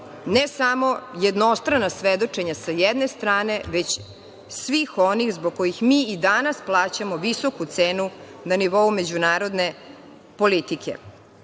ne samo jednostrana svedočenja sa jedne strane, već svih onih zbog kojih mi i danas plaćamo visoku cenu na nivou međunarodne politike. Naravno,